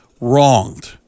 wronged